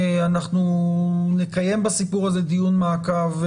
אנחנו נקיים בסיפור הזה דיון מעקב,